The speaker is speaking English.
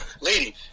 Lady